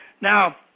Now